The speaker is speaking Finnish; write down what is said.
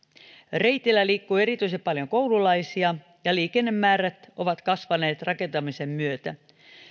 reitillä liikkuu erityisen paljon koululaisia ja liikennemäärät ovat kasvaneet rakentamisen myötä